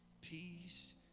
peace